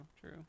true